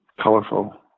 colorful